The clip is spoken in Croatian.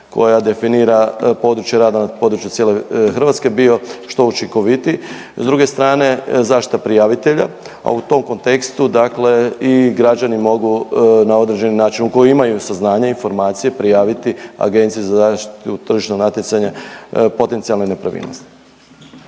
koja definira područje rada na području cijele Hrvatske bio što učinkovitiji. S druge strane zaštita prijavitelja, a u tom kontekstu dakle i građani mogu na određeni način koji imaju saznanja, informacije prijaviti Agenciji za zaštitu tržišnog natjecanja potencijalne nepravilnosti.